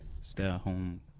stay-at-home